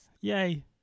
yay